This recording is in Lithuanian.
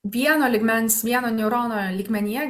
vieno lygmens vieno neurono lygmenyje